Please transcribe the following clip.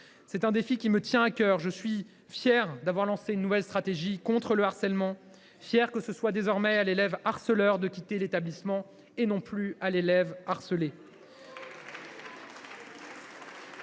C’est un défi qui me tient à cœur. Je suis fier d’avoir lancé une nouvelle stratégie contre le harcèlement ; fier que ce soit désormais à l’élève harceleur de quitter l’établissement et non plus à l’élève harcelé.